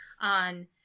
on